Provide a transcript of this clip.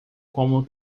como